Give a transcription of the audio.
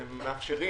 מאפשרים